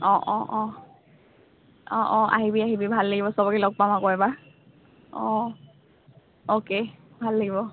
অঁ অঁ অঁ অঁ অঁ আহিবি আহিবি ভাল লাগিব চবকে লগ পাম আকৌ এবাৰ অঁ অ'কে ভাল লাগিব